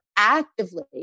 Actively